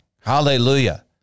hallelujah